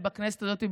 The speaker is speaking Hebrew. בכנסת הזאת,